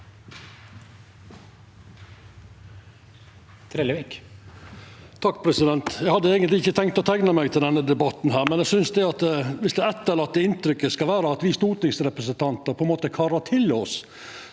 Eg hadde eigentleg ikkje tenkt å teikna meg til denne debatten, men viss det etterlate inntrykket skal vera at me stortingsrepresentantar på ein måte karar til oss,